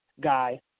guy